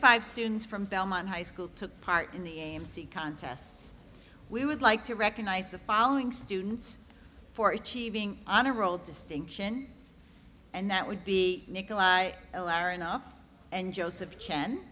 five students from belmont high school took part in the amc contests we would like to recognize the following students for achieving honor roll distinction and that would be nikolai l r enough and joseph